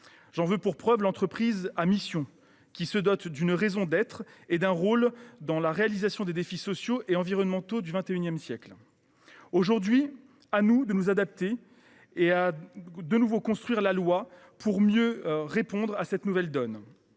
J’en veux pour preuve l’entreprise à mission, qui se dote d’une raison d’être et d’un rôle dans la résolution des défis sociaux et environnementaux du XXI siècle. Aujourd’hui, à nous de nous adapter et de construire la loi pour mieux répondre à cette nouvelle donne.